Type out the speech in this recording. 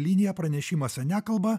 liniją pranešimuose nekalba